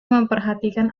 memperhatikan